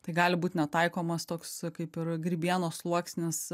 tai gali būt netaikomas toks kaip ir grybienos sluoksnis